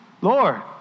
Lord